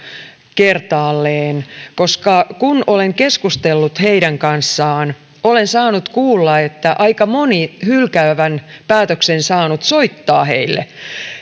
kertaalleen koska kun olen keskustellut lääkärien kanssa olen saanut kuulla että aika moni hylkäävän päätöksen on saanut soittaa heille